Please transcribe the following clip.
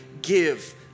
give